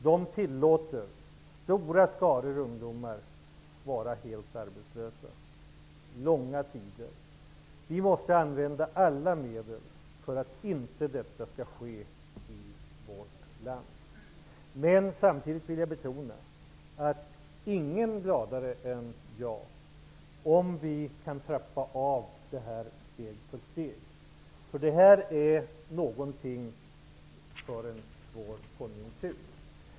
Där tillåts stora skaror ungdomar vara helt arbetslösa under långa tider. Vi måste använda alla medel för att detta inte skall ske i vårt land. Men jag vill samtidigt betona att ingen är gladare än jag om ungdomspraktiken kan trappas ner steg för steg, därför att det här är någonting för en svår konjunktur.